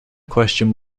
question